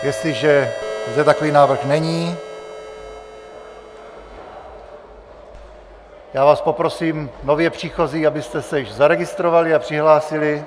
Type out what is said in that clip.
Jestliže zde takový návrh není, já vás poprosím, nově příchozí, abyste se již zaregistrovali a přihlásili.